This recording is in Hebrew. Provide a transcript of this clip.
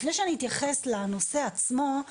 טרם שאתייחס לנושא עצמו,